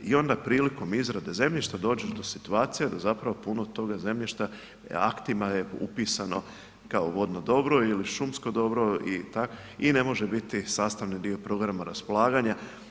I onda prilikom izrade zemljišta dođe do situacija da puno toga zemljišta aktima je upisano kao vodno dobro ili šumsko dobro i ne može biti sastavni dio programa raspolaganja.